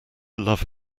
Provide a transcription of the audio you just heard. love